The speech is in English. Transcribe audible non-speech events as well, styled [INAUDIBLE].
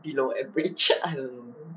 below average [LAUGHS] I don't know